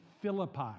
Philippi